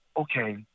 okay